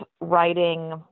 writing